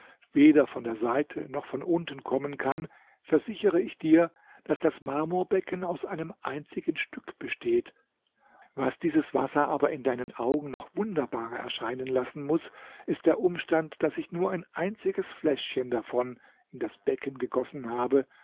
weder von der seite noch von unten kommen kann versichere ich dir daß das marmorbecken aus einem einzigen stück besteht was dieses wasser aber in deinen augen noch wunderbarer erscheinen lassen muß ist der umstand daß ich nur ein einziges fläschchen davon in das becken gegossen habe